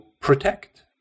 protect